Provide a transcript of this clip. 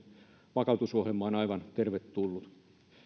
vakautusohjelma on aivan tervetullut